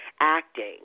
acting